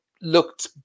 looked